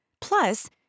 Plus